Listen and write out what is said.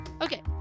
okay